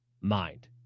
mind